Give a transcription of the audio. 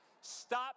Stop